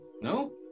No